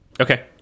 Okay